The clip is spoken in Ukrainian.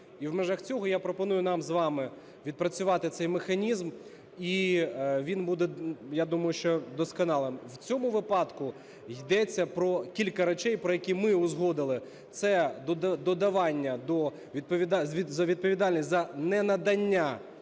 І в межах цього я пропоную нам з вами відпрацювати цей механізм, і він буде, я думаю, що досконалим. В цьому випадку йдеться про кілька речей, про які ми узгодили, це додавання до... відповідальність за ненадання